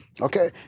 Okay